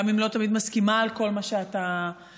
גם אם לא תמיד מסכימה עם כל מה שאתה מוביל.